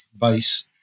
base